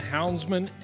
Houndsman